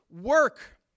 work